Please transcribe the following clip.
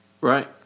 right